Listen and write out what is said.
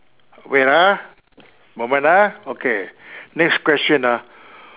wait ah moment ah okay next question ah